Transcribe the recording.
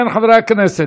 אם כן, חברי הכנסת,